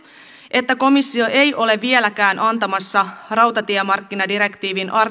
että komissio ei ole vieläkään antamassa rautatiemarkkinadirektiivin